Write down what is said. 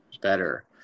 better